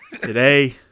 Today